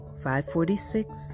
546